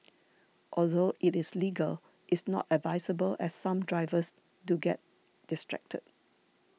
although it is legal is not advisable as some drivers do get distracted